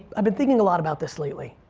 i've been thinking a lot about this lately.